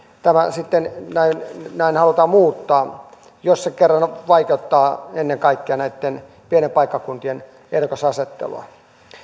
tämä sitten näin näin halutaan muuttaa jos se kerran vaikeuttaa ennen kaikkea pienten paikkakuntien ehdokasasettelua